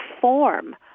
form